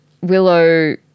Willow